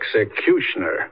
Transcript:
Executioner